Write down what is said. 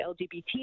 LGBT